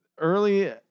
early